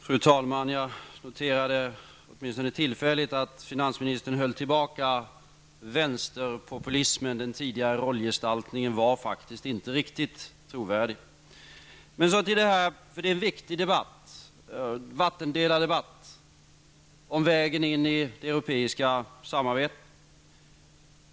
Fru talman! Jag noterade åtminstone tillfälligt att finansministern höll tillbaka vänsterpopulismen. Den tidigare rollgestaltningen var faktiskt inte riktigt trovärdig. Eftersom detta är en viktig vattendelardebatt vill jag ta upp frågan om vägen in i det europeiska samarbetet.